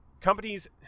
companies